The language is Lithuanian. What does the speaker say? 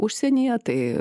užsienyje tai